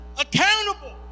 accountable